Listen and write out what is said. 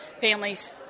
families